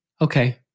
okay